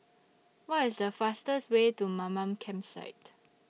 What IS The fastest Way to Mamam Campsite